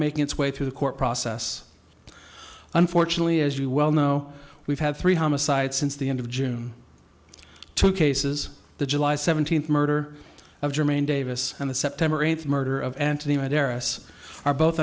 making its way through the court process unfortunately as you well know we've had three homicides since the end of june two cases the july seventeenth murder of jermaine davis and the september eighth murder of anthony might eris are both